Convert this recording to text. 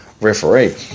referee